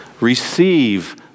receive